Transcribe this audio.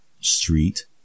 street